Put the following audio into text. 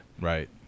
Right